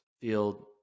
field